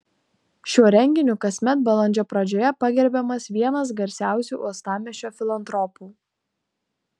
šiuo renginiu kasmet balandžio pradžioje pagerbiamas vienas garsiausių uostamiesčio filantropų